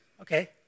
Okay